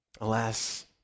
Alas